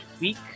week